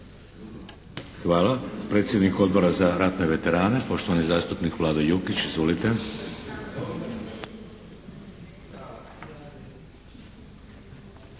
Hvala. Predsjednik Odbora za ratne veterane, poštovani zastupnik Vlado Jukić. Izvolite.